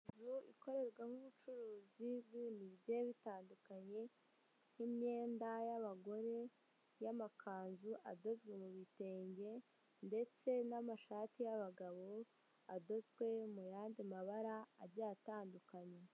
Inzu ikorerwamo ubucuruzi bw'ibintu bigiye bitandukanye nk'imyenda y'abagore y'amakanzu adozwe mu bitenge, ndetse n'amashati y'abagabo adozwe mu yandi mabara ajyanye atandukanye..